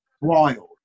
wild